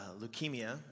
leukemia